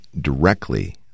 directly